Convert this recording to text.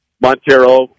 Montero